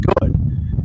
good